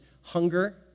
hunger